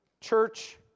church